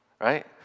right